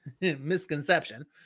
misconception